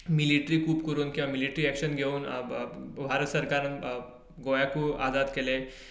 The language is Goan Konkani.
मिलिटरी खूब करून मिलिटरी एक्शन घेवन भारत सरकारान गोंयांकूय आदार केले